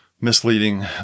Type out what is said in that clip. misleading